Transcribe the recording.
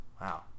Wow